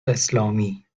اسلامی